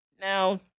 Now